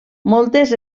moltes